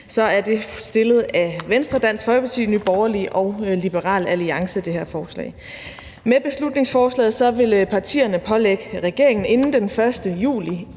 forslaget fremsat af Venstre, Dansk Folkeparti, Nye Borgerlige og Liberal Alliance. Med beslutningsforslaget vil partierne pålægge regeringen inden den 1. juli